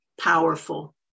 powerful